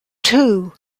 two